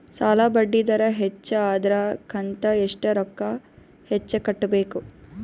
ಸಾಲಾ ಬಡ್ಡಿ ದರ ಹೆಚ್ಚ ಆದ್ರ ಕಂತ ಎಷ್ಟ ರೊಕ್ಕ ಹೆಚ್ಚ ಕಟ್ಟಬೇಕು?